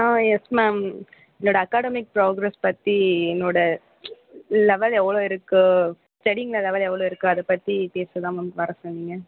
ஆ yes ma'am என்னோட academic progress பற்றி என்னோட லெவல் எவ்வளோ இருக்குது ஸ்டெடியிங்கில் லெவல் எவ்வளோ இருக்குது அதைப் பற்றி பேசதான் மேம் வர சொன்னீங்க